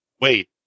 Wait